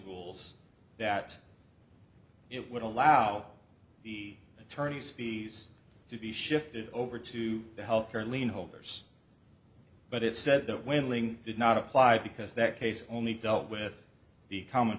rules that it would allow the attorneys fees to be shifted over to the health care lien holders but it said that when ling did not apply because that case only dealt with the common